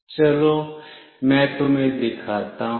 चलो मैं तुम्हें दिखाता हूँ